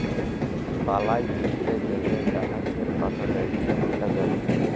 বালাই চিলতে গ্যালে গাহাচের পাতা দ্যাইখে বুঝা যায়